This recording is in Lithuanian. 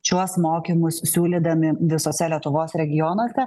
šiuos mokymus siūlydami visose lietuvos regionuose